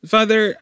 Father